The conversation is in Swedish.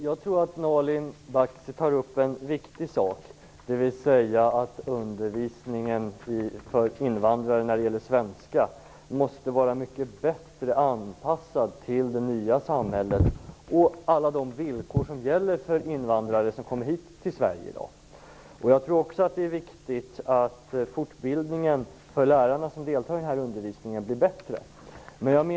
Fru talman! Nalin Baksi tar upp något som är viktigt, nämligen att undervisningen i svenska för invandrare måste vara mycket bättre anpassad till det nya samhället och alla de villkor som gäller för invandrare som kommer till Sverige i dag. Det är också viktigt att fortbildningen för de lärare som deltar i den här undervisningen blir bättre.